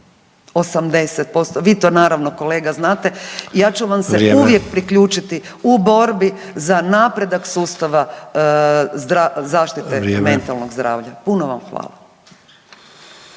80%. Vi to naravno kolega znate i ja ću vam se uvijek priključiti u borbi za napredak sustava zaštite mentalnog zdravlja. Puno vam hvala.